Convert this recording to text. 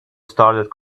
started